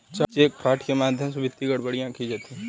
check fraud के माध्यम से वित्तीय गड़बड़ियां की जाती हैं